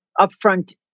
upfront